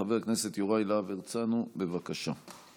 חבר הכנסת יוראי להב הרצנו, בבקשה.